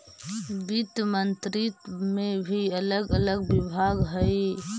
वित्त मंत्रित्व में भी अलग अलग विभाग हई